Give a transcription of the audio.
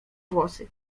włosy